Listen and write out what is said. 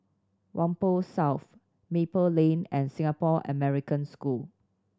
Whampoa South Maple Lane and Singapore American School